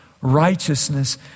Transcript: righteousness